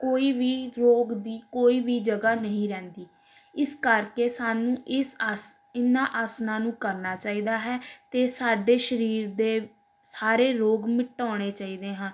ਕੋਈ ਵੀ ਰੋਗ ਦੀ ਕੋਈ ਵੀ ਜਗ੍ਹਾ ਨਹੀਂ ਰਹਿੰਦੀ ਇਸ ਕਰਕੇ ਸਾਨੂੰ ਇਸ ਅਸ ਇਹਨਾਂ ਆਸਣਾਂ ਨੂੰ ਕਰਨਾ ਚਾਹੀਦਾ ਹੈ ਅਤੇ ਸਾਡੇ ਸਰੀਰ ਦੇ ਸਾਰੇ ਰੋਗ ਮਿਟਾਉਣੇ ਚਾਹੀਦੇ ਹਨ